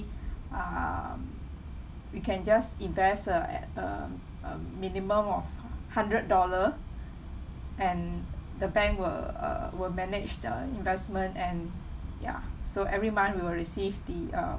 um we can just invest uh at a a minimum of hundred dollar and the bank will uh will manage the investment and ya so every month we'll receive the uh